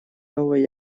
новой